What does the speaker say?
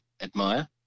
admire